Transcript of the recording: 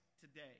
today